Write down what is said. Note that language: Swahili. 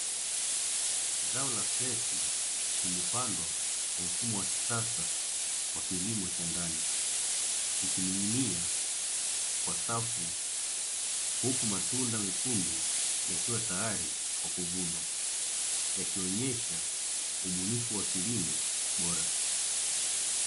Zao la peazi limepandwa kwa mfumo wa kisasa wa kilimo cha ndani ikining'inia kwa safu, huku matunda mekundu yakiwa tayari kwa kuvunwa yakionyesha ubunifu wa kilimo bora.